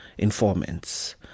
informants